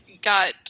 got